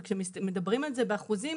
וכשמדברים על זה באחוזים